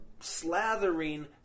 slathering